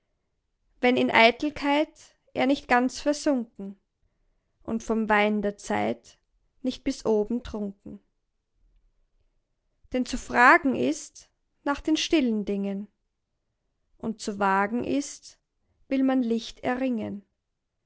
wenn in eitelkeit er nicht ganz versunken und vom wein der zeit nicht bis oben trunken denn zu fragen ist nach den stillen dingen und zu wagen ist will man licht erringen